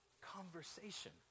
conversation